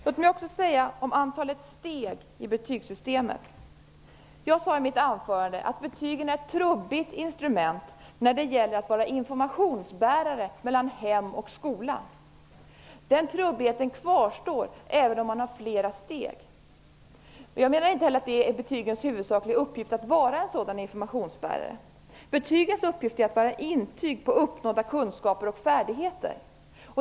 Låt mig också beträffande antalet steg i betygssystemet påpeka att jag i mitt anförande sade att betygen är ett trubbigt instrument när det gäller att vara informationsbärare mellan hem och skola. Den trubbigheten kvarstår även om man har flera steg. Jag menar inte heller att det är betygens huvudsakliga uppgift att vara en sådan informationsbärare. Betygens uppgift är att vara intyg på uppnådda kunskaper och färdigheter.